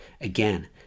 Again